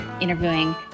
interviewing